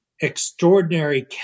extraordinary